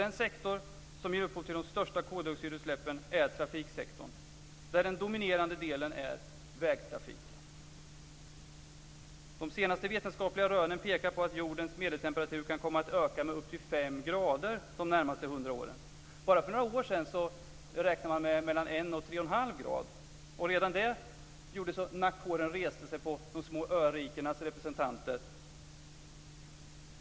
Den sektor som ger upphov till de största koldioxidutsläppen är trafiksektorn, där den dominerande delen är vägtrafiken. Bara för några år sedan räknade man med mellan en och tre och en halv grad. Redan det gjorde att nackhåren reste sig på de små örikenas representanter.